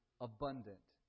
abundant